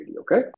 okay